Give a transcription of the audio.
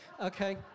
Okay